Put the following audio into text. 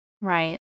right